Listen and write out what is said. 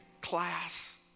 class